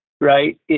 right